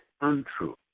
untrue